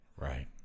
Right